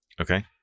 Okay